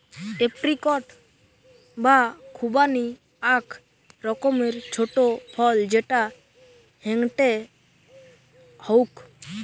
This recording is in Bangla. এপ্রিকট বা খুবানি আক রকমের ছোট ফল যেটা হেংটেং হউক